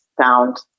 found